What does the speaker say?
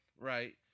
right